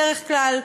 בדרך כלל.